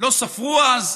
לא ספרו אז,